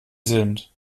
sind